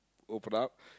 open up